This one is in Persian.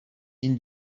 این